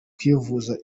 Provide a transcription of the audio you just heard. kwivuza